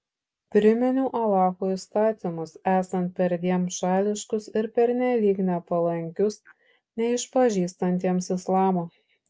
priminiau alacho įstatymus esant perdėm šališkus ir pernelyg nepalankius neišpažįstantiems islamo